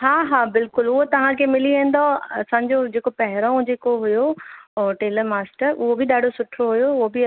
हा हा बिल्कुलु उहो तव्हांखे मिली वेंदव असांजो जेको पहिरों जेको हुओ उहो टेलर मास्टर उहो बि ॾाढो सुठो हुओ उहो बि